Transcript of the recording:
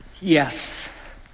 Yes